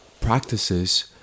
practices